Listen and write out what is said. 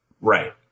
right